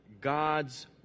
God's